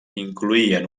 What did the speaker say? incloïen